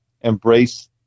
embrace